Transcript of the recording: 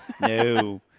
No